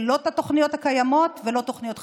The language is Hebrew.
את התוכניות הקיימות ולא תוכניות חדשות.